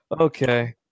Okay